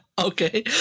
Okay